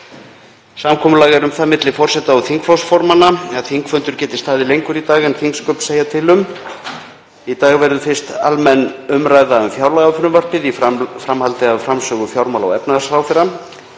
Samkomulag er um það milli forseta og þingflokksformanna að þingfundur geti staðið lengur í dag en þingsköp segja til um. Í dag verður fyrst almenn umræða um fjárlagafrumvarpið í framhaldi af framsögu fjármála- og efnahagsráðherra.